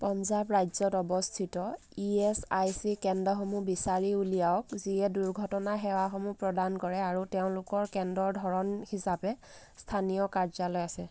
পঞ্জাৱ ৰাজ্যত অৱস্থিত E S I C কেন্দ্ৰসমূহ বিচাৰি উলিয়াওক যিয়ে দুৰ্ঘটনা সেৱাসমূহ প্ৰদান কৰে আৰু তেওঁলোকৰ কেন্দ্ৰৰ ধৰণ হিচাপে স্থানীয় কাৰ্যালয় আছে